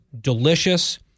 delicious